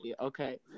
okay